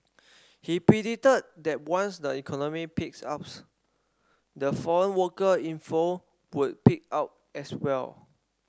he predicted that once the economy picks up the foreign worker inflow would pick out as well